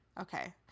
Okay